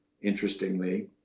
interestingly